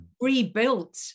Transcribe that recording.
rebuilt